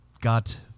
got